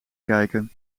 kijken